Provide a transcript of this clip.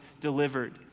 delivered